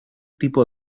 tipo